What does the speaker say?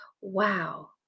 wow